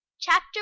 chapter